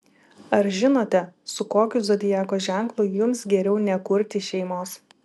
ar žinote su kokiu zodiako ženklu jums geriau nekurti šeimos